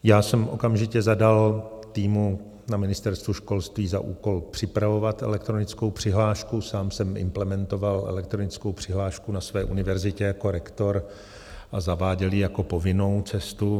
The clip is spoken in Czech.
Já jsem okamžitě zadal týmu na Ministerstvu školství za úkol připravovat elektronickou přihlášku, sám jsem implementoval elektronickou přihlášku na své univerzitě jako rektor a zaváděl ji jako povinnou cestu.